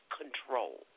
control